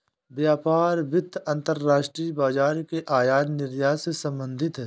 व्यापार वित्त अंतर्राष्ट्रीय बाजार के आयात निर्यात से संबधित है